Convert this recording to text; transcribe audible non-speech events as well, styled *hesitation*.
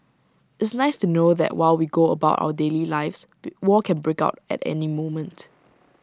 it's nice to know that while we go about our daily lives *hesitation* war can break out at any moment